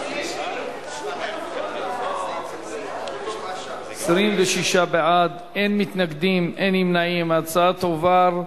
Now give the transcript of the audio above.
סנקציה אזרחית בשל אי-מתן הודעה לעובד על תנאי עבודה),